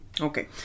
Okay